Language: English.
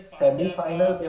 semi-final